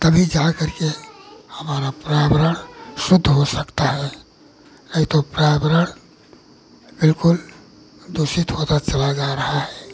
तभी जा करके हमारा पर्यावरण शुद्ध हो सकता है नहीं तो पर्यावरण बिल्कुल दूषित होता चला जा रहा है